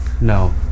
No